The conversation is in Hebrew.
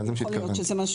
שיכול להיות שרשות